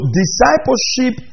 discipleship